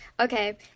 Okay